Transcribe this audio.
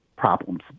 problems